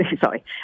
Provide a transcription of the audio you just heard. sorry